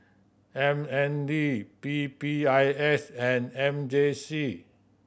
M N D P P I S and M J C